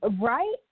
right